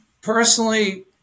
Personally